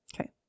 Okay